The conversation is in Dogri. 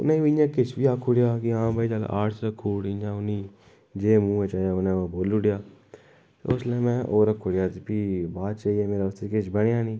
उ'नै वि इय्यां किश वि आखुड़ेया कि हां भाई आर्ट्स रक्खुड़ इय्यां उ'नेई जे मुहां च आया उन्हैं ओ बोलुड़ेया उसलै मैं ओह् रक्खुड़ेया ते फ्ही बाद'च जाइयै मेरा उत्थै किश बनेया नि